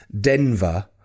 Denver